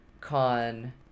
Con